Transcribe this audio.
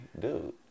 dude